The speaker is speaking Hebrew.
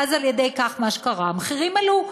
אז מה שקרה, המחירים עלו.